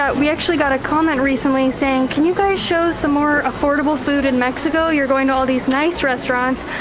ah we actually got a comment recently saying can you guys show some more affordable food in mexico? you're going to all these nice restaurants.